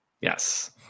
Yes